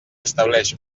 estableix